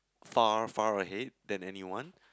far far ahead than anyone